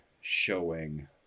showing